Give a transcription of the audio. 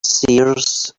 seers